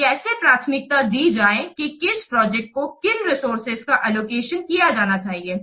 तो कैसे प्राथमिकता दी जाए कि किस प्रोजेक्ट को किन रिसोर्सेज का अलोकेशन किया जाना चाहिए